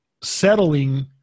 settling